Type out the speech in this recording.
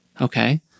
Okay